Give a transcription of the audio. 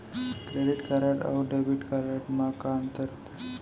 Credit card अऊ debit card मा का अंतर होथे?